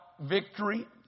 victory